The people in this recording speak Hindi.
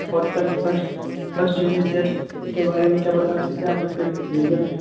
और sir first first unit test के बारे में क्या बता सकते हैं